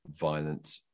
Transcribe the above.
violent